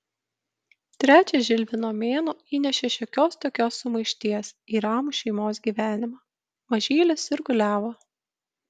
trečias žilvino mėnuo įnešė šiokios tokios sumaišties į ramų šeimos gyvenimą mažylis sirguliavo